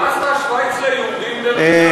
מה עשתה שווייץ ליהודים, דרך אגב?